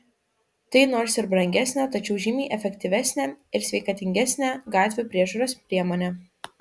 tai nors ir brangesnė tačiau žymiai efektyvesnė ir sveikatingesnė gatvių priežiūros priemonė